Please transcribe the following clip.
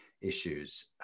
issues